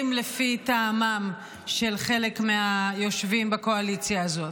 לפי טעמם של חלק מהיושבים בקואליציה הזאת.